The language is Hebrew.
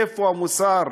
איפה המוסר?